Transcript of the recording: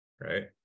right